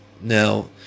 Now